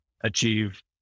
achieve